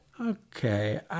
Okay